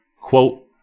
Quote